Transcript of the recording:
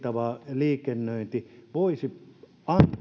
liikennöinti voisi antaa